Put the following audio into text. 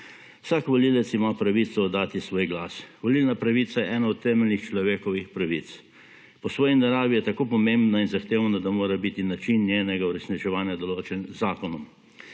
Vsak volivec ima pravico oddati svoj glas. Volilna pravica je ena od temeljnih človekovih pravic. Po svoji naravi je tako pomembna in zahtevna, da mora biti način njenega uresničevanja določen z zakonom.